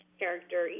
character